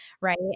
Right